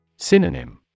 Synonym